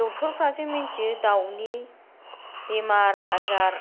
डक्टरफोरासो मिन्थियो दाउनि बेमार आजार